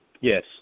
Yes